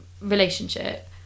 relationship